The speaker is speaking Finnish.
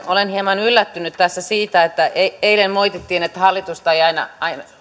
olen hieman yllättynyt tässä siitä että eilen moitittiin että oppositiota ei aina